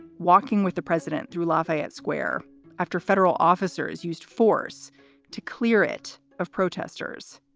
walking with the president through lafayette square after federal officers used force to clear it of protesters.